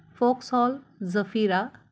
Vauxhall Zafira